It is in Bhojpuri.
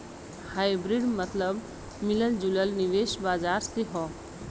हाइब्रिड मतबल मिलल जुलल निवेश बाजार से हौ